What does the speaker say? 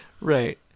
Right